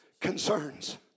concerns